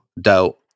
doubt